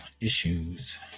issues